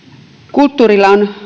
kulttuurilla on